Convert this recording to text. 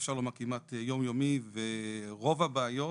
אפשר לומר כמעט יומיומי ורוב הבעיות,